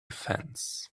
fence